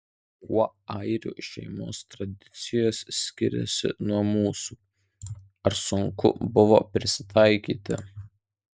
kuo airių šeimos tradicijos skiriasi nuo mūsų ar sunku buvo prisitaikyti